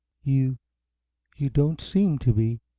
you you don't seem to be,